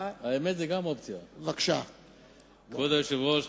כבוד היושב-ראש,